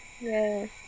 Yes